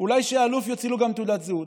אולי שהאלוף יוציא לו תעודת זהות?